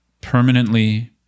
permanently